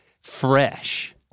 fresh